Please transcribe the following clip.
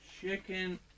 chicken